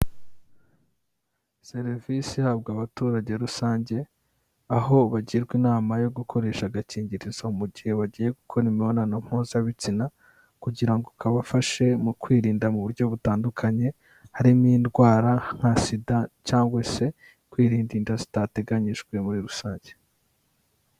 Serivisi ihabwa abaturage rusange, aho bagirwa inama yo gukoresha agakingirizo mu gihe bagiye gukora imibonano mpuzabitsina, kugira ngo kabafashe mu kwirinda mu buryo butandukanye, harimo indwara nka sida cyangwa se kwirinda inda zitateganyijwe muri rusange.